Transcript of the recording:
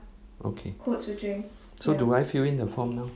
okay so do I fill in the form now